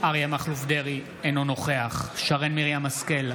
אריה מכלוף דרעי, אינו נוכח שרן מרים השכל,